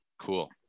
cool